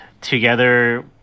together